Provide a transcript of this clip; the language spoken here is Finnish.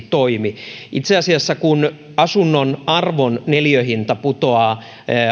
toimi itse asiassa kun asunnon arvon neliöhinta putoaa